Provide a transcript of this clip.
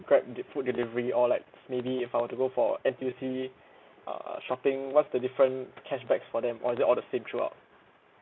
grab food delivery or like maybe if I were to go for N_T_U_C uh shopping what's the different cashbacks for them or is it all the same throughout